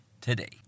today